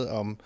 om